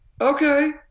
okay